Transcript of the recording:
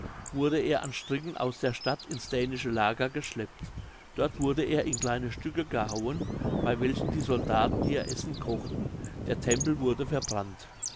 wurde er an stricken aus der stadt ins dänische lager geschleppt dort wurde er in kleine stücke gehauen bei welchen die soldaten ihr essen kochten der tempel wurde verbrannt